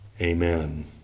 Amen